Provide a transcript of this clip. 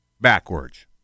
backwards